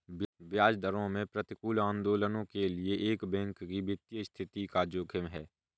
ब्याज दरों में प्रतिकूल आंदोलनों के लिए एक बैंक की वित्तीय स्थिति का जोखिम है